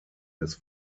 des